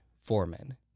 foreman